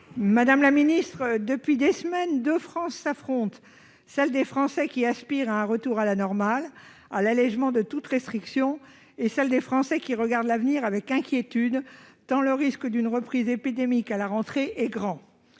Madame la ministre, depuis des semaines, deux France s'affrontent : celle des Français qui aspirent à un retour à la normale, à l'allégement de toutes les restrictions, et celle des Français qui regardent l'avenir avec inquiétude, tant est grand le risque d'une reprise épidémique à la rentrée.